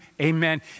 Amen